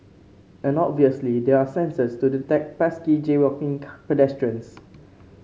and obviously there are sensors to detect pesky jaywalking pedestrians